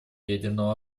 ядерного